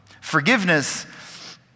Forgiveness